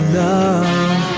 love